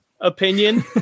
opinion